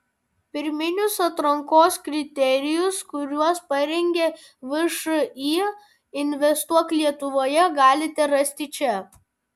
pirminius atrankos kriterijus kuriuos parengė všį investuok lietuvoje galite rasti čia